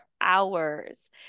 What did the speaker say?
hours